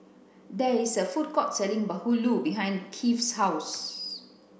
there is a food court selling Bahulu behind Kieth's house